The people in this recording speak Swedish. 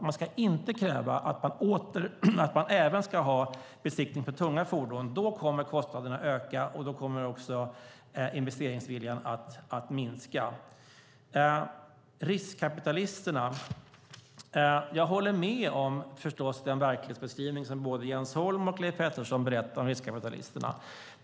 Man ska inte kräva att det även ska ske besiktning för tunga fordon. Då kommer kostnaderna att öka, och då kommer också investeringsviljan att minska. När det gäller riskkapitalisterna håller jag förstås med om den verklighetsbeskrivning som både Jens Holm och Leif Pettersson gör.